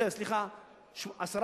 סליחה,